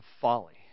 folly